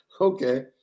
Okay